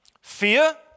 Fear